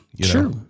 Sure